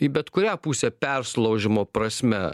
į bet kurią pusę persilaužimo prasme